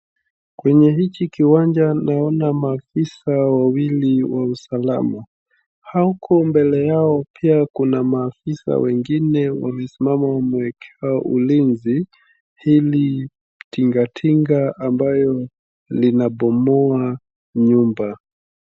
Kwenye hiki kiwanja naona maafisa wawili wa usalama, hako mbele yao pia kuna maafisa wengine wamesimama wamewekea ulinzi hili tingatinga ambayo linabomoa nyumba.